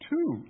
Two